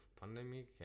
pandemic